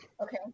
Okay